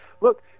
look